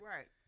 Right